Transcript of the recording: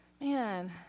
man